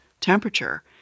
temperature